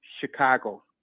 Chicago